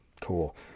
cool